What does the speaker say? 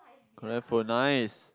collect phone nice